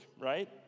right